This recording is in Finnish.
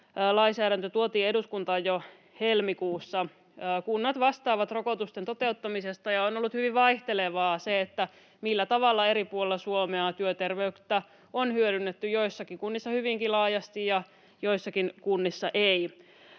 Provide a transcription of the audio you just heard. korvauslainsäädäntö tuotiin eduskuntaan jo helmikuussa. Kunnat vastaavat rokotusten toteuttamisesta, ja on ollut hyvin vaihtelevaa, millä tavalla eri puolilla Suomea työterveyttä on hyödynnetty: joissakin kunnissa hyvinkin laajasti ja joissakin kunnissa ei.